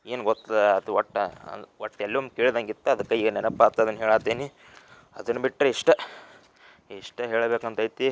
ಏನು ಗೊತ್ತದ ಅದು ಒಟ್ಟು ಒಟ್ಟು ಎಲ್ಲೋ ಕೇಳ್ದಂಗೆ ಇತ್ತು ಅದಕ್ಕೆ ಏನು ನೆನಪು ಆತು ಅದನ್ನು ಹೇಳತ್ತೀನಿ ಅದನ್ನು ಬಿಟ್ಟರೆ ಇಷ್ಟೇ ಇಷ್ಟೇ ಹೇಳಬೇಕಂತೈತಿ